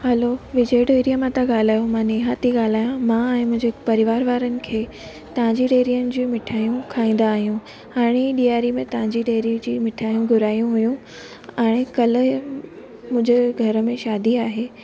हलो विजय डेरीअ मां था ॻाल्हायो मां नेहा थी ॻाल्हायां मां ऐं मुंहिंजे परिवार वारनि खे तव्हांजी डेरीअनि जूं मिठाइयूं खाईंदा आहियूं हाणे ई ॾियारी में तव्हांजी डेरीअ जी मिठाइयूं घुराइयूं हुयूं हाणे कल्ह ई मुंहिंजे घर में शादी आहे